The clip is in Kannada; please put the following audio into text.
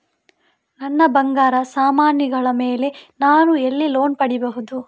ನನ್ನ ಬಂಗಾರ ಸಾಮಾನಿಗಳ ಮೇಲೆ ನಾನು ಎಲ್ಲಿ ಲೋನ್ ಪಡಿಬಹುದು?